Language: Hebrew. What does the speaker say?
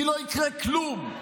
כי לא יקרה כלום.